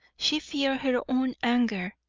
she feared her own anger,